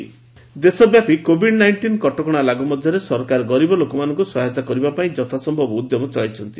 ଗଭ୍ relief ଦେଶବ୍ୟାପୀ covid nineteen କଟକଣା ଲାଗୁ ମଧ୍ୟରେ ସରକାର ଗରିବ ଲୋକମାନଙ୍କୁ ସହାୟତା କରିବାପାଇଁ ଯଥାସମ୍ଭବ ଉଦ୍ୟମ ଚଳାଇଛନ୍ତି